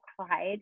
cried